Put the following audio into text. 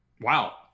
Wow